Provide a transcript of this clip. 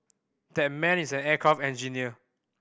that man is an aircraft engineer